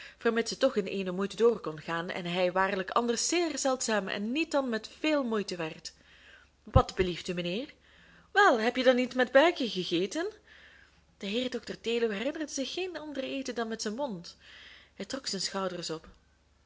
vermits het toch in ééne moeite door kon gaan en hij het waarlijk anders zeer zeldzaam en niet dan met veel moeite werd wat belieft u mijnheer wel hebje dan niet met buikje gegeten de heer dr deluw herinnerde zich geen ander eten dan met zijn mond hij trok de schouders op